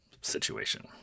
situation